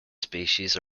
species